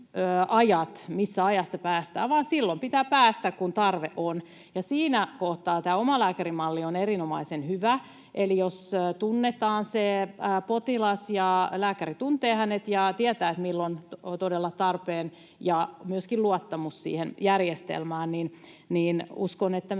missä ajassa päästään, vaan silloin pitää päästä, kun tarve on, ja siinä kohtaa tämä omalääkärimalli on erinomaisen hyvä. Eli jos tunnetaan se potilas, lääkäri tuntee hänet ja tietää, milloin hoitoonpääsy on todella tarpeen, ja on myöskin luottamus siihen järjestelmään, niin uskon, että